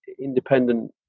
independent